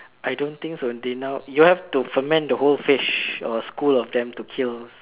I don't think so they now you'll have to ferment the whole fish or a school of them to kill